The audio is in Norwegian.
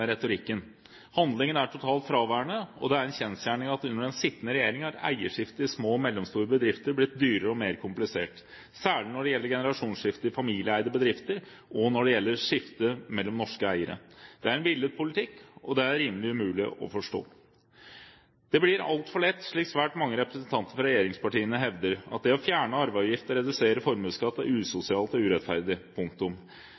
retorikken. Handlingen er totalt fraværende, og det er en kjensgjerning at under den sittende regjeringen har eierskifte i små og mellomstore bedrifter blitt dyrere og mer komplisert, særlig når det gjelder generasjonsskifte i familieeide bedrifter, og når det gjelder skifte mellom norske eiere. Det er en villet politikk, og det er rimelig umulig å forstå. Det blir altfor lett å hevde, slik svært mange representanter fra regjeringspartiene gjør, at det å fjerne arveavgift og redusere formuesskatt er